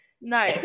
No